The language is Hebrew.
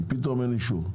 פתאום אין אישור.